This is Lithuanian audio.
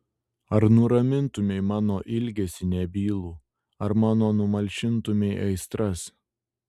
ar nuramintumei mano ilgesį nebylų ar mano numalšintumei aistras